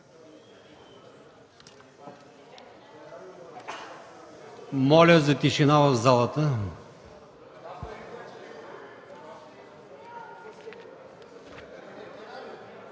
Моля за тишина в залата.